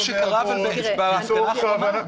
זה לא מה שקרה בהפגנה האחרונה.